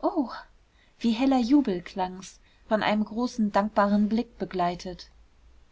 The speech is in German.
oh wie heller jubel klang's von einem großen dankbaren blick begleitet